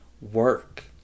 work